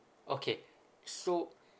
okay so